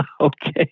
Okay